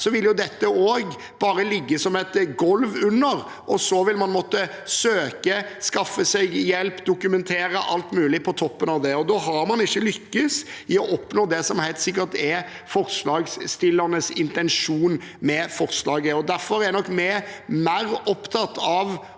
vil dette også bare ligge som et golv under, og så vil man måtte søke, skaffe seg hjelp og dokumentere alt mulig på toppen av det. Da har man ikke lykkes i å oppnå det som helt sikkert er forslagsstillernes intensjon med forslaget. Derfor er nok vi mer opptatt av